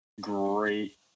great